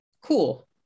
cool